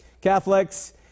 Catholics